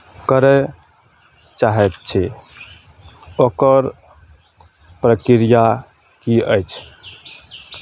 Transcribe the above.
करय चाहैत छी ओकर प्रक्रिया की अछि